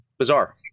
Bizarre